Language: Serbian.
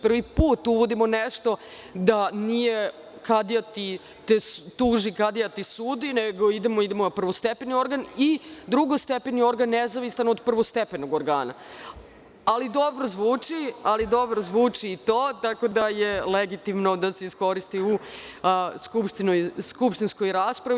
Prvi put uvodimo nešto da nije kadija te tuži, kadija ti sudi, nego idemo na prvostepeni organ i drugostepeni organ nezavistan od prvostepenog organa, ali dobro zvuči i to, tako da je legitimno da se iskoristi u skupštinskoj raspravi.